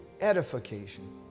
edification